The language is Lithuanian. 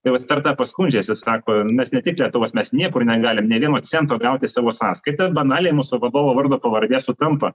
tai vat startapas skundžiasi sako mes ne tik lietuvos mes niekur negalim nei vieno cento gaut į savo sąskaitą banaliai mūsų vadovo vardo pavardė sutampa